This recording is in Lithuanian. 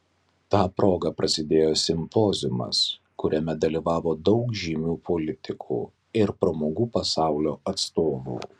ta proga prasidėjo simpoziumas kuriame dalyvavo daug žymių politikų ir pramogų pasaulio atstovų